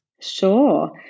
Sure